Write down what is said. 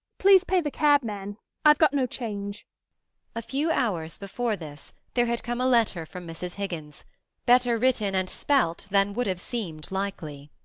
please pay the cabman i've got no change a few hours before this there had come a letter from mrs. higgins better written and spelt than would have seemed likely.